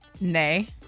nay